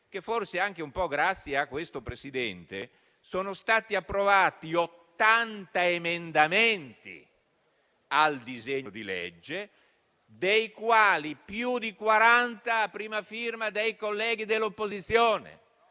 che forse anche grazie un po' a questo Presidente sono stati approvati ottanta emendamenti al disegno di legge, dei quali più di quaranta a prima firma dei colleghi dell'opposizione,